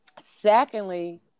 secondly